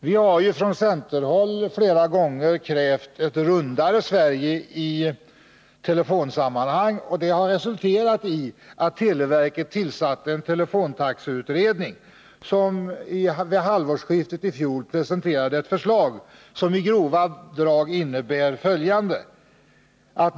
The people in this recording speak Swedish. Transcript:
Vi har från centerhåll flera gånger krävt ett rundare Sverige i telesammanhang. Det har resulterat i att televerket tillsatte en telefontaxeutredning som vid halvårsskiftet i fjol presenterade ett förslag, som i grova drag innebär följande.